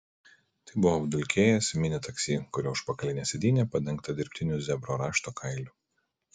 tai buvo apdulkėjęs mini taksi kurio užpakalinė sėdynė padengta dirbtiniu zebro rašto kailiu